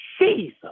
Jesus